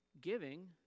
Giving